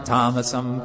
Tamasam